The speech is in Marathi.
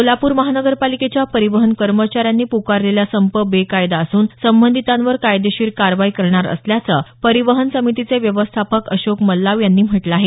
सोलापूर महानगरपालिकेच्या परिवहन कर्मचाऱ्यांनी पुकारलेला संप बेकायदा असून संबंधितांवर कायदेशीर कारवाई करणार असल्याचं परिवहन समितीचे व्यवस्थापक अशोक मल्लाव यांनी म्हटलं आहे